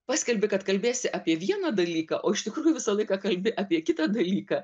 paskelbi kad kalbėsi apie vieną dalyką o iš tikrųjų visą laiką kalbi apie kitą dalyką